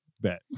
bet